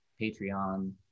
Patreon